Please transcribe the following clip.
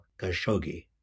Khashoggi